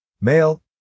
Male